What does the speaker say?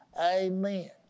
Amen